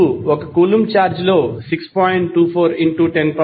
మీరు 1 coulomb charge లో 6